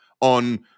on